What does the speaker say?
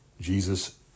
Jesus